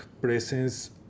presence